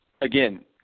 again